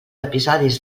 episodis